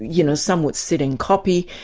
you know, some would sit and copy,